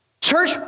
Church